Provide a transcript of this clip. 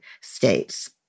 States